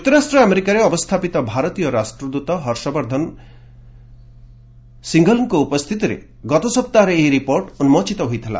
ଯୁକ୍ତରାଷ୍ଟ୍ର ଆମେରିକାରେ ଅବସ୍ଥାପିତ ଭାରତୀୟ ରାଷ୍ଟ୍ରଦୂତ ହର୍ଷବର୍ଦ୍ଧନ ଶୀଘଂଲଙ୍କ ଉପସ୍ଥିତିରେ ଗତସପ୍ତାହରେ ଏହି ରିପୋର୍ଟ ଉନ୍ଦୋଚିତ ହୋଇଥିଲା